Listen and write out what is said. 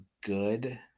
good